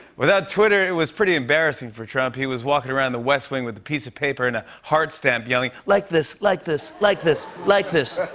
without twitter, it was pretty embarrassing for trump. he was walking around the west wing with a piece of paper and a heart stamp, yelling, like this! like this! like this! like this!